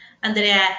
Andrea